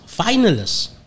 finalists